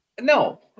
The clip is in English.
No